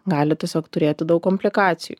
gali tiesiog turėti daug komplikacijų